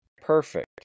Perfect